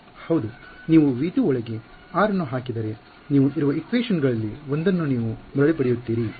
ಹೌದು ನೀವು V2 ಒಳಗೆ r ಅನ್ನು ಹಾಕಿದರೆ ನೀವು ಇರುವ ಈಕ್ವೇಶನ್ ಗಳಲ್ಲಿ ಒಂದನ್ನು ನೀವು ಮರಳಿ ಪಡೆಯುತ್ತೀರಿ